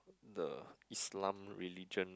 the Islam religion